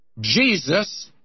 Jesus